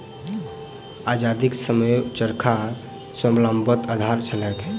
आजादीक समयमे चरखा स्वावलंबनक आधार छलैक